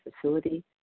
facility